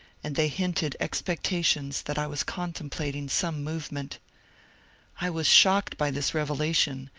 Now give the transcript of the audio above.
and they hinted ex pectations that i was contemplating some movement i was shocked by this revelation,